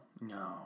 no